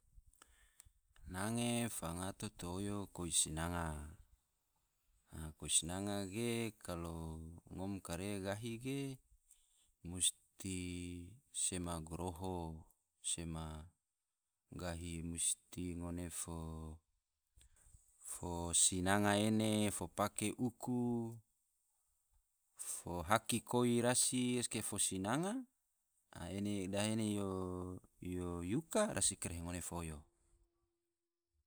Nange fangato to oyo koi sinanga, koi sinanga ge kalo ngom kare gahi ge musti sema goroho, sema gahi musti ngone fo sinanga ene, fo pake uku, fo haki koi rasi, rasi kare fo sinanga, ene dahe yo yuka rasi kare ngone fo oyo